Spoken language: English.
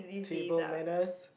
table manners